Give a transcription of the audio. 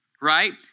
Right